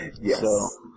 Yes